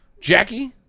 Jackie